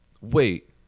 Wait